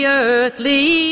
earthly